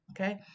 okay